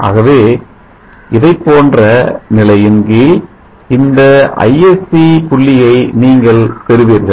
ஆகவே இதைப்போன்ற நிலையின் கீழ் இந்த Isc புள்ளியை நீங்கள் பெறுவீர்கள்